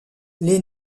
les